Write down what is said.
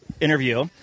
interview